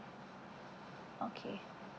okay